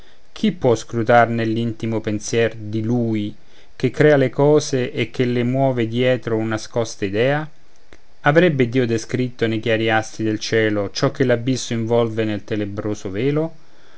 chi può scrutar nell'intimo pensier di lui che crea le cose e che le muove dietro un'ascosa idea avrebbe iddio descritto nei chiari astri del cielo ciò che l'abisso involve nel tenebroso velo